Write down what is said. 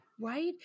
Right